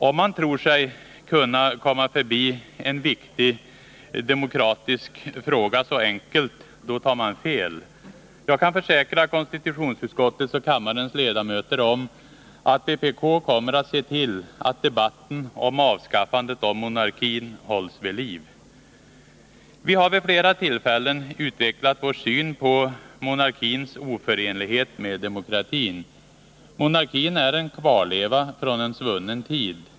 Om man tror sig kunna komma förbi en viktig demokratisk fråga så enkelt, då tar man fel. Jag kan försäkra konstitutionsutskottet och kammarens ledamöter om att vpk kommer att se till att debatten om avskaffandet av monarkin hålls vid liv. Vi har vid flera tillfällen utvecklat vår syn på monarkins oförenlighet med demokratin. Monarkin är en kvarleva från en svunnen tid.